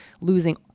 losing